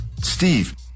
Steve